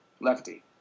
lefty